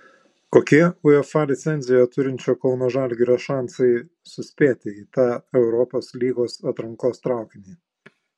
kokie uefa licenciją turinčio kauno žalgirio šansai suspėti į tą europos lygos atrankos traukinį